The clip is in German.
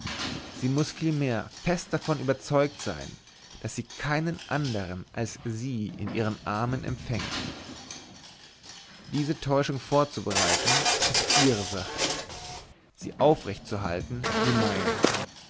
sie muß vielmehr fest davon überzeugt sein daß sie keinen andern als sie in ihren armen empfängt diese täuschung vorzubereiten ist ihre sache sie aufrechtzuerhalten die meine